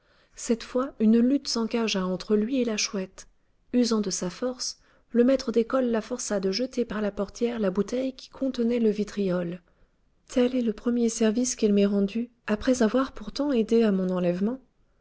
cette fois une lutte s'engagea entre lui et la chouette usant de sa force le maître d'école la força de jeter par la portière la bouteille qui contenait le vitriol tel est le premier service qu'il m'ait rendu après avoir pourtant aidé à mon enlèvement